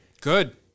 Good